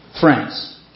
friends